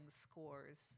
scores